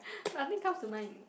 nothing comes to mind